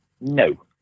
No